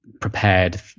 prepared